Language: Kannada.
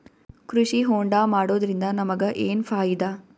ಕೃಷಿ ಹೋಂಡಾ ಮಾಡೋದ್ರಿಂದ ನಮಗ ಏನ್ ಫಾಯಿದಾ?